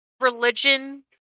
religion